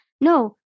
no